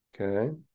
okay